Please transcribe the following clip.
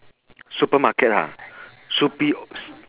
supermarket ha supe~